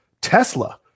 Tesla